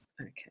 Okay